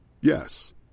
Yes